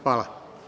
Hvala.